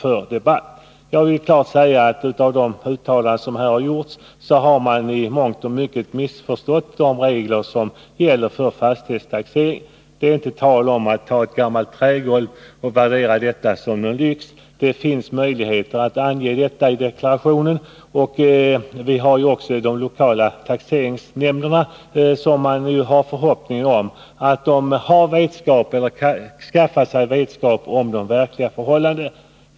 De uttalanden som här gjorts tyder på att man i mångt och mycket har missförstått de regler som gäller för fastighetstaxeringen. Det är inte tal om att betrakta gammalt trä som lyx. Det finns möjligheter att ange detta i deklarationen. Vi har också förhoppningen att de lokala taxeringsnämnderna har vetskap om eller kan skaffa sig vetskap om de verkliga förhållandena.